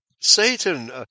Satan